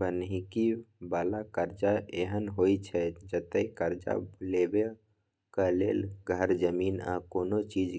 बन्हकी बला करजा एहन होइ छै जतय करजा लेबाक लेल घर, जमीन आ कोनो चीज